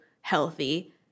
healthy